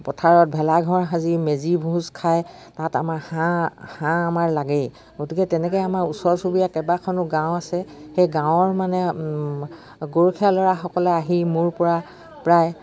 পথাৰত ভেলাঘৰ সাজি মেজি ভোজ খায় তাত আমাৰ হাঁহ হাঁহ আমাৰ লাগেই গতিকে তেনেকৈ আমাৰ ওচৰ চুবুৰীয়া কেইবাখনো গাঁও আছে সেই গাঁৱৰ মানে গৰখীয়া ল'ৰাসকলে আহি মোৰপৰা প্ৰায়